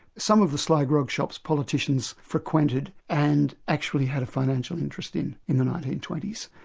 some of the sly grog shops, politicians frequented and actually had a financial interest in, in the nineteen twenty s.